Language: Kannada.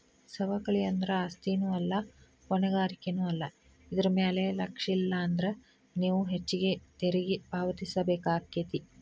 ಸವಕಳಿ ಅಂದ್ರ ಆಸ್ತಿನೂ ಅಲ್ಲಾ ಹೊಣೆಗಾರಿಕೆನೂ ಅಲ್ಲಾ ಇದರ್ ಮ್ಯಾಲೆ ಲಕ್ಷಿಲ್ಲಾನ್ದ್ರ ನೇವು ಹೆಚ್ಚು ತೆರಿಗಿ ಪಾವತಿಸಬೇಕಾಕ್ಕೇತಿ